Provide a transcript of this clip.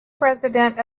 president